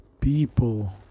people